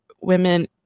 women